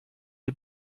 les